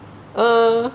mm